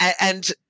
and-